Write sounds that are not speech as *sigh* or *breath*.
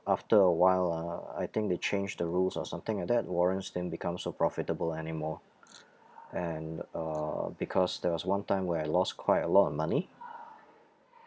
after a while ah I think they change the rules or something like that warrants didn't become so profitable anymore *breath* and uh because there was one time where I lost quite a lot of money